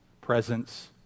presence